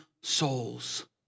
souls